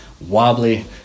wobbly